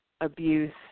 abuse